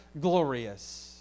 glorious